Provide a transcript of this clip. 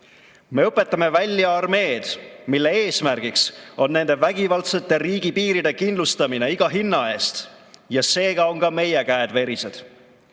Me õpetame välja armeed, mille eesmärk on nende vägivaldsete riigipiiride kindlustamine iga hinna eest, ja seega on ka meie käed verised.